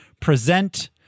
present